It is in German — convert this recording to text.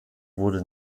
wurde